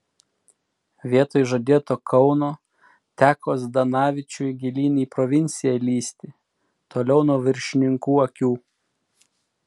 vietoj žadėto kauno teko zdanavičiui gilyn į provinciją lįsti toliau nuo viršininkų akių